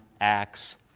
Acts